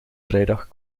vrijdag